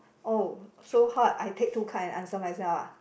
oh so how I take two card and answer myself ah